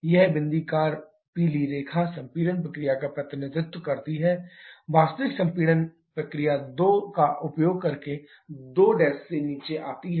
यह बिंदीदार पीली रेखा संपीड़न प्रक्रिया का प्रतिनिधित्व करती है वास्तविक संपीड़न प्रक्रिया बिंदु 2 का उपयोग करके 2' से नीचे आती है